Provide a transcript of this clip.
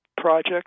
project